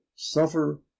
suffer